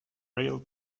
real